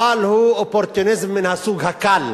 אבל הוא אופורטוניזם מן הסוג הקל.